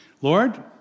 Lord